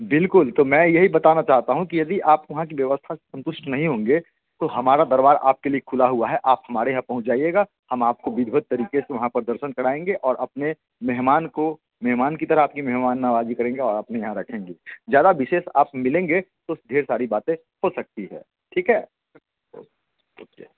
बिल्कुल तो मैं यही बताना चाहता हूँ कि यदि आप वहाँ की व्यवस्था से संतुष्ट नहीं होंगे तो हमारा दरबार आपके लिए खुला हुआ है आप हमारे यहाँ पहुँच जाइएगा हम आपको विधिवत तरीक़े से वहाँ पर दर्शन कराएंगे और अपने मेहमान को मेहमान की तरह आपकी मेहमाननवाज़ी करेंगे और अपने यहाँ रखेंगे ज़्यादा विशेष आप मिलेंगे तो ढेर सारी बातें हो सकती है ठीक है ओक ओके